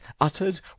uttered